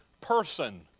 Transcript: person